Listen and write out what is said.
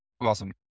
Awesome